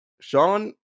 Sean